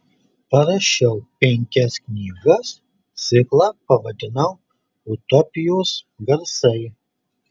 parašiau penkias knygas ciklą pavadinau utopijos garsai